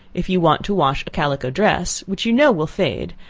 if you want to wash a calico dress, which you know will fade,